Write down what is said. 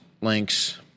links